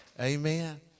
amen